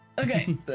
okay